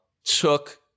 took